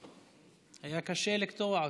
היה קשה לקטוע אותו.